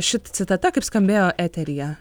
ši citata kaip skambėjo eteryje